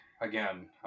again